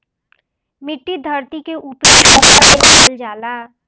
मिट्टी धरती के ऊपरी सतह के कहल जाला